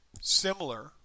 similar